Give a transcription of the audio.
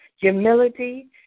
humility